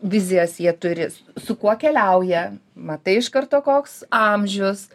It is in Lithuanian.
vizijas jie turis su kuo keliauja matai iš karto koks amžius